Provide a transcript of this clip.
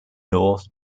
north